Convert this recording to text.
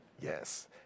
Yes